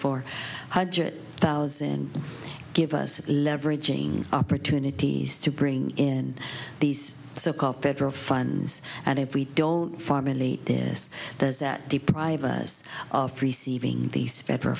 four hundred thousand give us leveraging opportunities to bring in these so called federal funds and if we don't formally this does that deprive us of receiving these federal